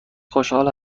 خوشحال